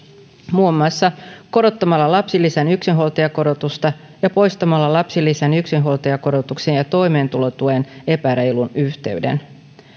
muun muassa korottamalla lapsilisän yksinhuoltajakorotusta ja poistamalla lapsilisän yksinhuoltajakorotuksen ja ja toimeentulotuen epäreilun yhteyden